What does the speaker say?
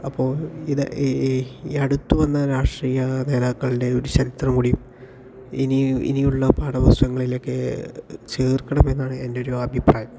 അപ്പോ ഇത് ഈ അടുത്തു വന്ന രാഷ്ട്രീയ നേതാക്കളുടെ ഒരു ചരിത്രം കൂടി ഇനി ഇനിയുള്ള പാഠപുസ്തകങ്ങളിലൊക്കെ ചേർക്കണം എന്നാണ് എൻ്റെ ഒരു അഭിപ്രായം